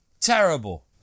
Terrible